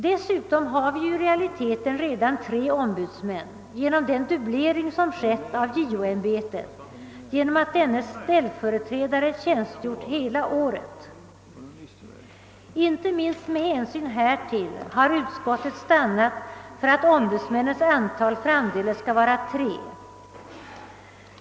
Dessutom har vi ju i realiteten redan tre ombudsmän genom den dubblering av JO-ämbetet som skett genom att justitieombudsmannens ställföreträdare tjänstgjort hela året. Inte minst med hänsyn härtill har utskottet stannat för att ombudsmännens antal framdeles skall vara tre.